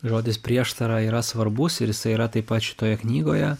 žodis prieštara yra svarbus ir jisai yra taip pat šitoje knygoje